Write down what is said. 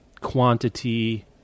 quantity